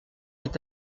est